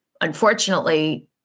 unfortunately